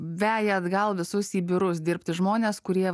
veja atgal visus į biurus dirbti žmones kurie